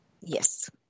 Yes